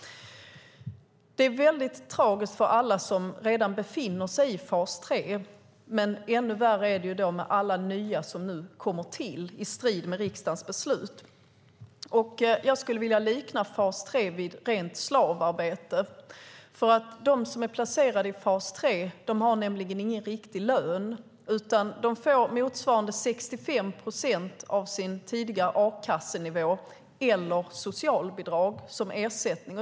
Det är tragiskt för alla som redan befinner sig i fas 3, men ännu värre är det med alla nya som nu kommer till, i strid med riksdagens beslut. Jag skulle vilja likna fas 3 vid rent slavarbete. De som är placerade i fas 3 har nämligen ingen riktig lön, utan de får motsvarande 65 procent av sin tidigare a-kassenivå eller socialbidrag som ersättning.